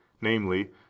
namely